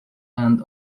hand